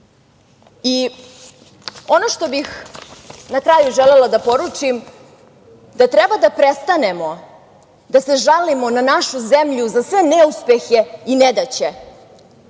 decu. Ono što bih na kraju želela da poručim je da treba da prestanemo da se žalimo na našu zemlju za sve neuspehe i nedaće,